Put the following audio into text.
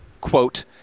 quote